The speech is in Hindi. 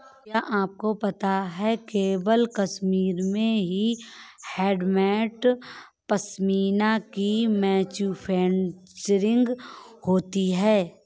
क्या आपको पता है केवल कश्मीर में ही हैंडमेड पश्मीना की मैन्युफैक्चरिंग होती है